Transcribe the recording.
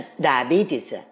diabetes